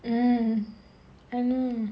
mm I know